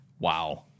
Wow